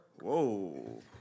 Whoa